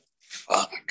Fuck